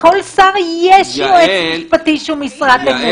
לכל שר יש יועץ משפטי שהוא משרת אמון.